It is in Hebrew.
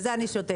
ובזה אני שותקת.